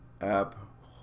app